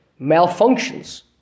malfunctions